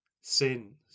sins